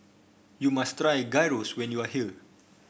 you must try Gyros when you are here